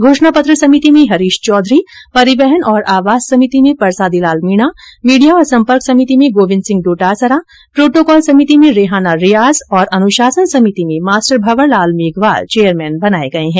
घोषण पत्र समिति में हरीश चौघरी परिवहन और आवास समिति में परसादी लाल मीणा मीडिया और संपर्क समिति में गोविन्द सिंह डोटासरा प्रोटोकॉल समिति में रेहाना रियाज़ और अनुशासन समिति में मास्टर भंवर लाल मेघवाल चेयरमैन बनाये गये है